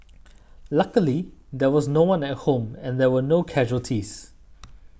luckily there was no one at home and there were no casualties